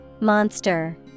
monster